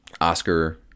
oscar